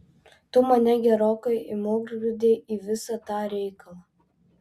tu mane gerokai įmurkdei į visą tą reikalą